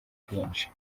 bwinshi